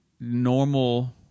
normal